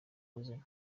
buzima